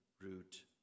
root